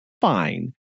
Fine